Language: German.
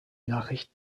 nachricht